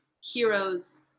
heroes